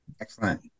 Excellent